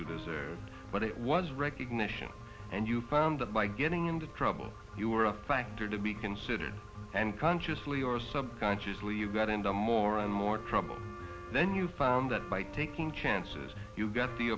you deserved but it was recognition and you found that by getting into trouble you were a factor to be considered and consciously or subconsciously you got into more and more trouble then you found that by taking chances you got the